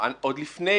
עוד לפני